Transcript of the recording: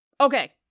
Okay